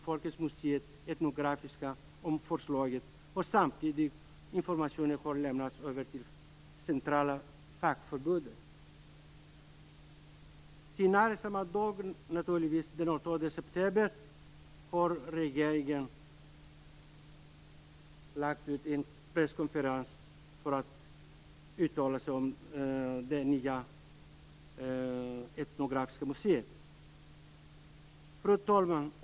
Folkens Museum Etnografiska om förslaget, och samtidigt lämnades informationen över till de centrala fackförbunden. Senare samma dag, alltså den 18 september, hade regeringen en presskonferens där man uttalade sig om det nya etnografiska museet. Fru talman!